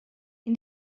این